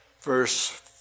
verse